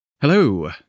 Hello